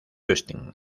austin